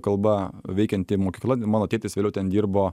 kalba veikianti mokykla mano tėtis vėliau ten dirbo